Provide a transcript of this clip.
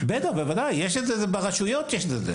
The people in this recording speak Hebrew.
בטח, בוודאי, אלה נתונים שנמצאים ברשויות.